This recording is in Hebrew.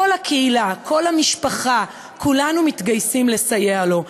כל הקהילה, כל המשפחה, כולנו מתגייסים לסייע לו.